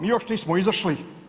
Mi još nismo izašli.